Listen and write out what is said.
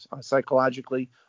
psychologically